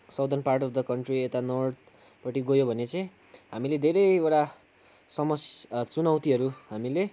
southern part of the country यता नर्थपट्टि गयो भने चाहिँ हामीले धेरैवटा समस् चुनौतिहरू हामीले